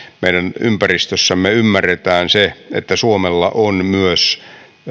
meidän ympäristössämme ymmärretään se että suomella on myös